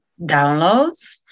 downloads